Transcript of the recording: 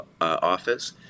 office